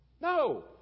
No